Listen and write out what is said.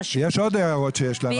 ננעלה